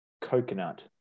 coconut